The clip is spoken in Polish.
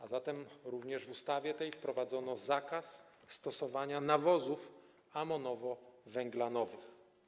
A zatem również w ustawie tej wprowadzono zakaz stosowania nawozów amonowo-węglanowych.